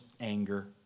anger